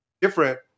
Different